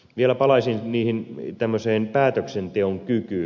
vielä palaisin tämmöiseen päätöksenteon kykyyn